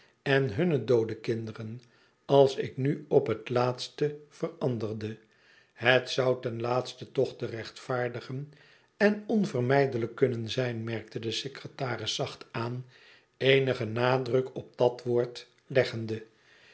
en hunne doode kinderen als ik nu op het laatste veranderde het zou ten laatste toch te rechtvaardigen en onvermijdelijk kunnen zijn merkte de secretaris zacht aan eenigen nadruk op dat woord leggende